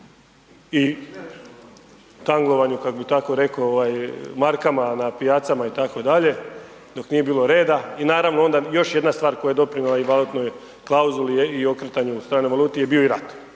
i tangovanju kak bi tako rekao ovaj markama na pijacama itd. dok nije bilo reda i naravno onda još jedna stvar koja je doprinijela i valutnoj klauzuli i okretanju u stranoj valuti je bio i rat